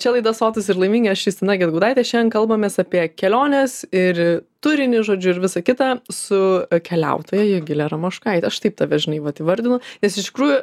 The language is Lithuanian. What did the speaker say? čia laida sotūs ir laimingi aš justina gedgaudaitė šiandien kalbamės apie keliones ir turinį žodžiu ir visą kitą su keliautoja jogile ramoškaite aš taip tave žinai vat įvardinu nes iš tikrųjų